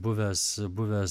buvęs buvęs